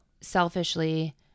selfishly